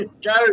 Joe